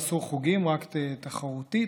אסור חוגים, רק תחרותי.